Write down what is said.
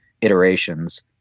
iterations